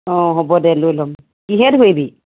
অ হ'ব দে লৈ ল' কিহেৰে ধৰিবি